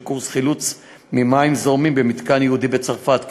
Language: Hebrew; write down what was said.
קורס חילוץ ממים זורמים במתקן ייעודי בצרפת,